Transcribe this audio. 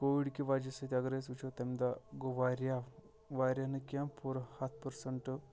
کووِڈکہِ وَجہ سۭتۍ اَگر أسۍ وٕچھو تَمہِ دۄہ گوٚو واریاہ واریاہ نہٕ کیٚنٛہہ پوٗرٕ ہَتھ پٔرسنٛٹہٕ